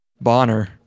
Bonner